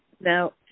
Now